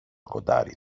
κοντάρι